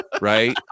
right